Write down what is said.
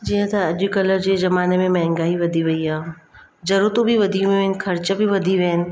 जीअं त अॼुकल्ह जे ज़माने में महिंगाई वधी वई आहे ज़रूरतूं बि वधियूं आहिनि ऐं ख़र्च बि वधी विया आहिनि